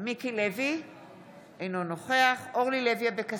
שמקילה על ההורים לחסן את ילדיהם,